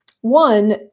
One